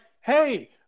hey